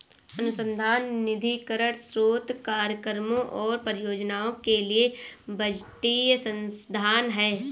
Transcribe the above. अनुसंधान निधीकरण स्रोत कार्यक्रमों और परियोजनाओं के लिए बजटीय संसाधन है